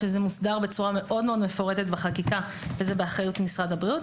שזה מוסדר בצורה מאוד מאוד מפורטת בחקיקה וזה באחריות משרד הבריאות,